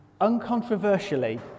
uncontroversially